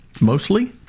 mostly